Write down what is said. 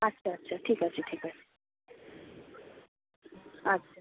আচ্ছা আচ্ছা ঠিক আছে ঠিক আছে আচ্ছা